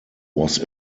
was